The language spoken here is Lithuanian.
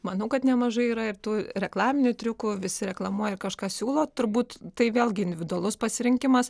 manau kad nemažai yra ir tų reklaminių triukų visi reklamuoja ir kažką siūlo turbūt tai vėlgi individualus pasirinkimas